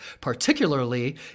particularly